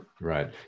Right